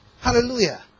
hallelujah